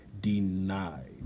denied